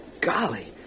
golly